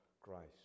Christ